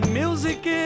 music